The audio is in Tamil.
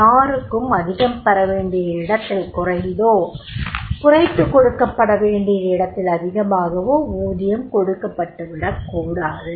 யாருக்கும் அதிகம் பெறவேண்டிய இடத்தில் குறைந்தோ குறைத்துக் கொடுக்கப்படவேண்டிய இடத்தில் அதிகமாகவோ ஊதியம் கொடுக்கப்பட்டுவிடக் கூடாது